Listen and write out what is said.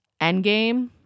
endgame